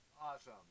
Awesome